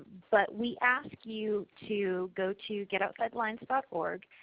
but we ask you to go to getoutsidethelines but org.